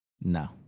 No